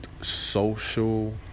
social